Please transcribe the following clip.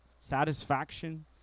satisfaction